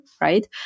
right